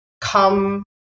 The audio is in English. come